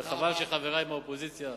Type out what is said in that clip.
חבל שחברי מהאופוזיציה,